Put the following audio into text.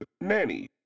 Nanny